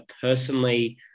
personally